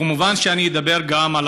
כמובן שאני אדבר גם על